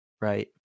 right